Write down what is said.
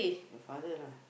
your father lah